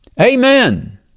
Amen